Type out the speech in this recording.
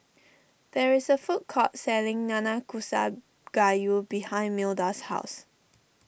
there is a food court selling Nanakusa Gayu behind Milda's house